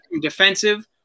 defensive